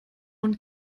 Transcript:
und